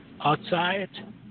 outside